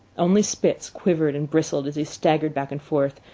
only spitz quivered and bristled as he staggered back and forth,